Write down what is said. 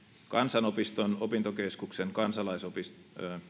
kansanopiston opintokeskuksen kansalaisopiston